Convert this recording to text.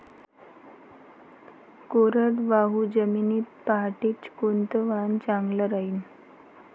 कोरडवाहू जमीनीत पऱ्हाटीचं कोनतं वान चांगलं रायीन?